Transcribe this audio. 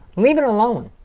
leave it alone,